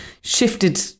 shifted